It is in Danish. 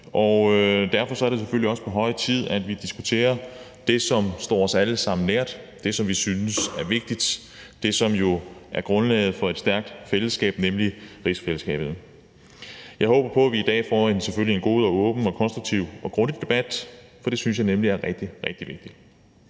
og derfor er det også på høje tid, at vi diskuterer det, som står os alle sammen nært, det, som vi synes er vigtigt, det, som jo er grundlaget for et stærkt fællesskab, nemlig rigsfællesskabet. Jeg håber selvfølgelig på, at vi i dag får en god og åben og konstruktiv og grundig debat, for det synes jeg nemlig er rigtig, rigtig vigtigt.